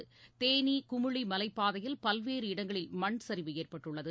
இதற்கிடையே தேனி குமுளி மலைப்பாதையில் பல்வேறு இடங்களில் மண்சரிவு ஏற்பட்டுள்ளது